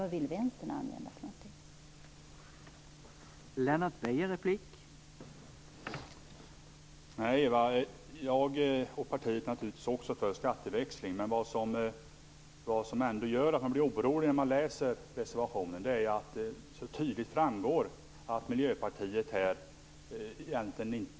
Vad vill vänstern använda för metod?